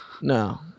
No